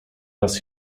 raz